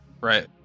Right